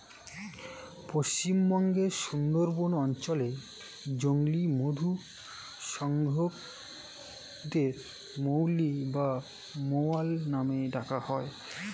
পশ্চিমবঙ্গের সুন্দরবন অঞ্চলে জংলী মধু সংগ্রাহকদের মৌলি বা মৌয়াল নামে ডাকা হয়